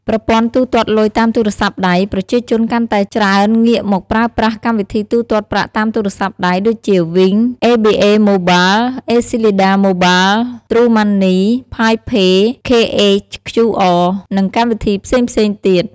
ប្រព័ន្ធទូទាត់លុយតាមទូរស័ព្ទដៃ ប្រជាជនកាន់តែច្រើនងាកមកប្រើប្រាស់កម្មវិធីទូទាត់ប្រាក់តាមទូរស័ព្ទដៃដូចជា វីង (Wing), អេប៊ីអេ ម៉ូបាល (ABA Mobile), អេស៊ីលីដា ម៉ូបាល (Acleda Mobile), ទ្រូ ម៉ាន់នី (TrueMoney), ផាយ ផេរ (Pi Pay), ខេ អេច ខ្យូ អរ (KHQR) និងកម្មវិធីផ្សេងៗទៀត។